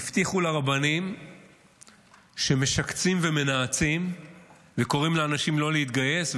הבטיחו לרבנים שמשקצים ומנאצים וקוראים לאנשים לא להתגייס.